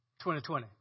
2020